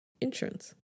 insurance